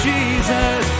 Jesus